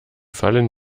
fallen